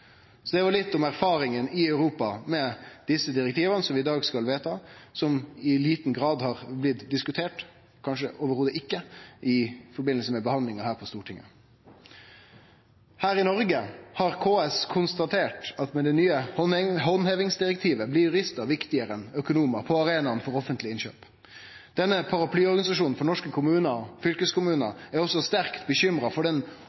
Så det var litt om erfaringane i Europa med desse direktiva vi i dag skal vedta, som i liten grad har blitt diskuterte – kanskje ikkje i det heile – i forbindelse med behandlinga her på Stortinget. Her i Noreg har KS konstatert at med det nye handhevingsdirektivet blir juristar viktigare enn økonomar på arenaen for offentlege innkjøp. Denne paraplyorganisasjonen for norske kommunar og fylkeskommunar er også sterkt bekymra for